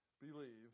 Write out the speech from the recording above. believe